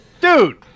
Dude